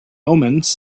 omens